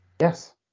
Yes